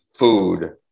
food